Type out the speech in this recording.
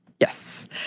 Yes